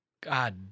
God